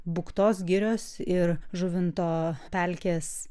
buktos girios ir žuvinto pelkės